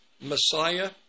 Messiah